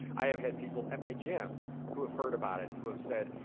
i have had people at my gym who have heard about it who have said,